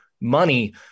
money